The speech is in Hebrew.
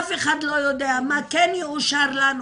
אף אחד לא יודע מה כן יאושר לנו